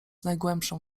najgłębszą